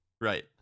Right